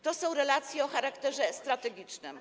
To są relacje o charakterze strategicznym.